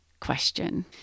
question